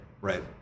Right